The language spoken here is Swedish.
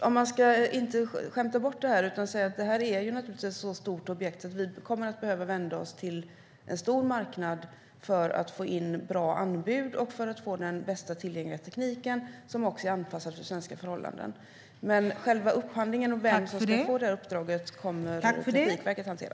Men jag vill inte skämta bort detta utan säga att detta naturligtvis är ett projekt som är så stort att vi kommer att behöva vända oss till en stor marknad för att få in bra anbud och den bästa tillgängliga tekniken som också är anpassad för svenska förhållanden. Men själva upphandlingen och frågan vem som ska få uppdraget kommer Trafikverket att hantera.